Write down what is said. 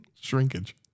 Shrinkage